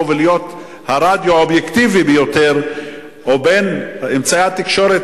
ולהיות הרדיו האובייקטיבי ביותר או בין אמצעי התקשורת